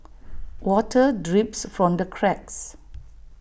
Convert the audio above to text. water drips from the cracks